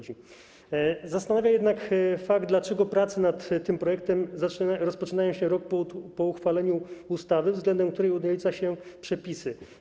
Zastanawia również fakt, dlaczego prace nad tym projektem rozpoczynają się rok po uchwaleniu ustawy, względem której ogranicza się przepisy.